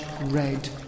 red